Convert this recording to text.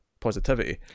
positivity